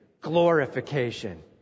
glorification